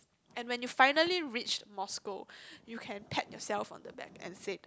and you finally reach Moscow you can pat yourself on the back and said